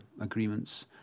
agreements